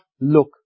look